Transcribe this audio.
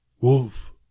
Wolf